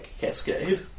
Cascade